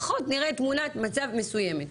לפחות נראה תמונת מצב מסוימת.